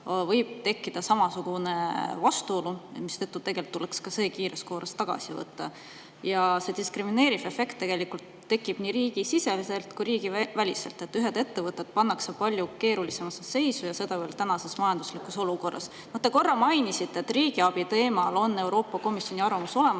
võib tekkida samasugune vastuolu, mistõttu tuleks ka see kiires korras tagasi võtta. See diskrimineeriv efekt tekib nii riigisiseselt kui ka riigiväliselt: ühed ettevõtted pannakse palju keerulisemasse seisu ja seda veel tänases majanduslikus olukorras. Te korra mainisite, et riigiabi teemal on Euroopa Komisjoni arvamus olemas,